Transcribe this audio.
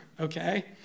okay